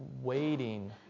waiting